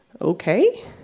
okay